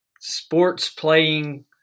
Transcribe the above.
sports-playing